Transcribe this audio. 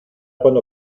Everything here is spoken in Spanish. cuando